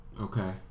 okay